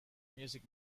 music